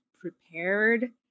prepared